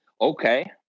Okay